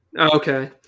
Okay